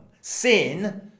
sin